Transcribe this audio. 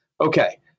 Okay